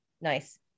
Nice